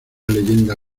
leyenda